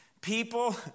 People